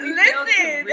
listen